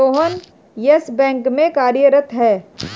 Sohan Yes Bank में कार्यरत है